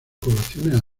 poblaciones